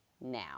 now